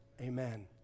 Amen